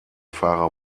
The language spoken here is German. fahrer